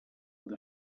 with